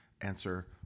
answer